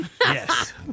Yes